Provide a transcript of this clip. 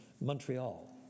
Montreal